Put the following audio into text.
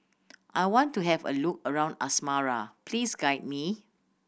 I want to have a look around Asmara please guide me